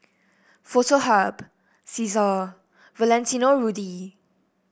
Foto Hub Cesar Valentino Rudy